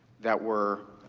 that were